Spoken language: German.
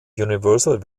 universal